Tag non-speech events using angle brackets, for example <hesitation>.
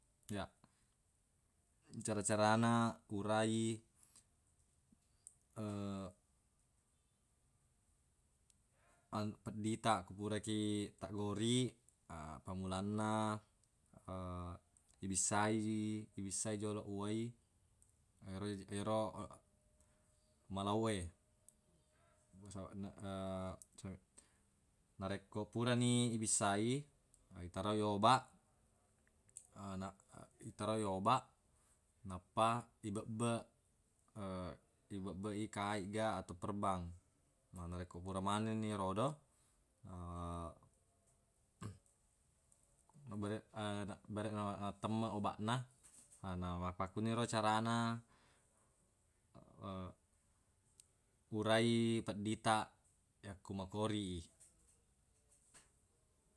Ya cara-carana burai <hesitation> an- peddi taq ko purakiq taggori a pammulanna <hesitation> ibissai- ibissai joloq uwai ero- ero maloq e. <hesitation> Narekko purani ibissai itaroi obaq <hesitation> nap- itaroi obaq nappa ibebbeq <hesitation> ibebbeq i kain ga atau perbang, narekko pura manenni erodo <hesitation> bereq- <hesitation> bereq mattemmeq obaq na <noise> na makkuniro carana <hesitation> burai peddi taq yakko makori i.